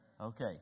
Okay